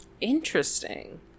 Interesting